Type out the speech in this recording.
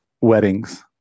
Weddings